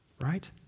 right